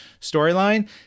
storyline